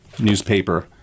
newspaper